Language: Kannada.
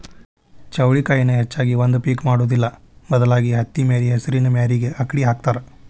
ಚೌಳಿಕಾಯಿನ ಹೆಚ್ಚಾಗಿ ಒಂದ ಪಿಕ್ ಮಾಡುದಿಲ್ಲಾ ಬದಲಾಗಿ ಹತ್ತಿಮ್ಯಾರಿ ಹೆಸರಿನ ಮ್ಯಾರಿಗೆ ಅಕ್ಡಿ ಹಾಕತಾತ